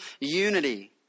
unity